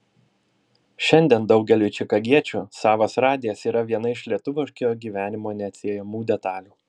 šiandien daugeliui čikagiečių savas radijas yra viena iš lietuviškojo gyvenimo neatsiejamų dalių